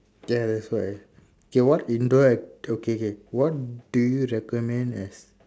ya that's why okay what indoor act~ okay okay what do you recommend as